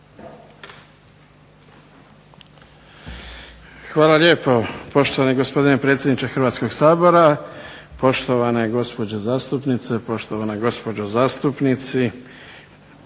Hvala lijepo poštovani gospodine predsjedniče Hrvatskog sabora, poštovane gospođe zastupnice, poštovana gospodo zastupnici.